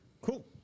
Cool